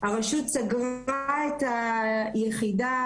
הרשות סגרה את היחידה,